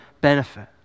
benefit